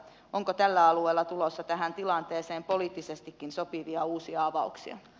onko tällä alueella tulossa tähän tilanteeseen poliittisestikin sopivia uusia avauksia